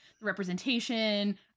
representation